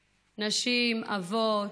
נשים, אבות,